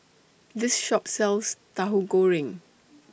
This Shop sells Tahu Goreng